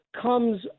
comes